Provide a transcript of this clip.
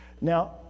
Now